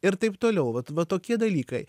ir taip toliau vat va tokie dalykai